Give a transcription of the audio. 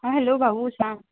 आं हॅलो भाऊ सांग